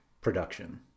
production